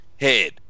head